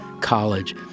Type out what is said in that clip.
College